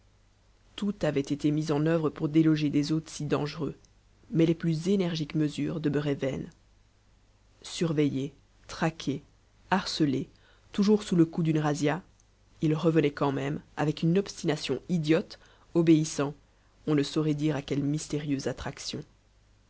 tout avait été mis en œuvre pour déloger des hôtes si dangereux mais les plus énergiques mesures demeuraient vaines surveillés traqués harcelés toujours sous le coup d'une razzia ils revenaient quand même avec une obstination idiote obéissant on ne saurait dire à quelle mystérieuse attraction